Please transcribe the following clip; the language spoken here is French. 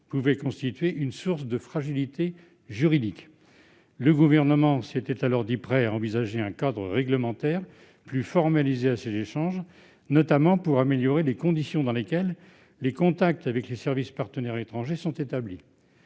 pouvait constituer une source de fragilité juridique. Le Gouvernement s'était alors dit prêt à envisager un cadre réglementaire plus formalisé de ces échanges, notamment pour améliorer les conditions dans lesquelles les contacts avec les services partenaires étrangers sont établis.